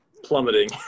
plummeting